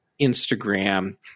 Instagram